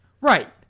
Right